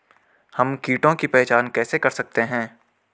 हम कीटों की पहचान कैसे कर सकते हैं?